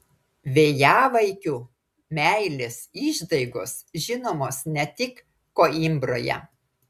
vėjavaikio meilės išdaigos žinomos ne tik koimbroje